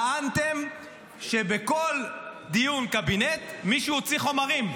טענתם שבכל דיון קבינט מישהו הוציא חומרים.